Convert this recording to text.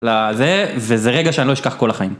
לזה, וזה רגע שאני לא אשכח כל החיים.